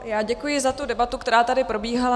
Já děkuji za debatu, která tady probíhala.